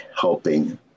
helping